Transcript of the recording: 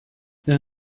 then